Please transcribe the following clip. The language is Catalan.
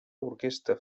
orquestra